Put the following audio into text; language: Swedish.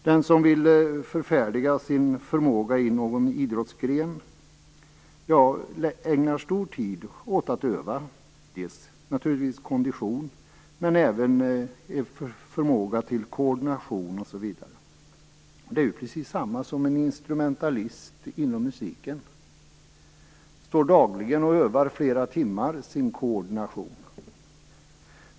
Den som vill förfärdiga sin förmåga i någon idrottsgren ägnar stor tid åt att öva dels naturligtvis kondition, dels förmåga till koordination osv. Det är på precis samma sätt som med en instrumentalist inom musiken som flera timmar dagligen övar sin koordination.